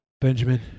Benjamin